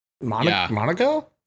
Monaco